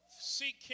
Seek